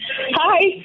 Hi